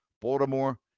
Baltimore